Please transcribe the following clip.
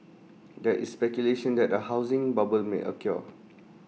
there is speculation that A housing bubble may occur